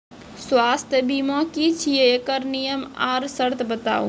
स्वास्थ्य बीमा की छियै? एकरऽ नियम आर सर्त बताऊ?